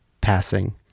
passing